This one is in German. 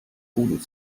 guten